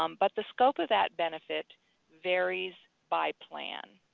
um but the scope of that benefit varies by plan.